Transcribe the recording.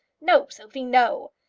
no, sophie no.